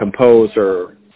composer